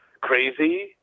crazy